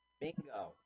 bingo